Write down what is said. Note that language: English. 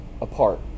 apart